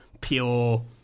pure